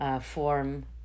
form